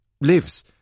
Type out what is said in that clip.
Lives